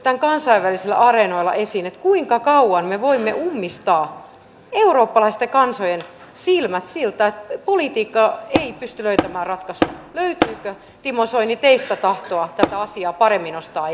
kansainvälisillä areenoilla esiin tämän kuinka kauan me voimme ummistaa eurooppalaisten kansojen silmät siltä että politiikka ei pysty löytämään ratkaisua löytyykö timo soini teistä tahtoa tätä asiaa paremmin nostaa